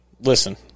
Listen